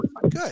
Good